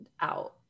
out